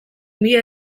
mila